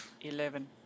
Eleven